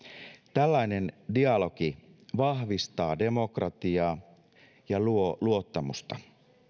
tällainen dialogi vahvistaa demokratiaa ja luo luottamusta